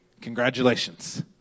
Congratulations